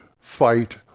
fight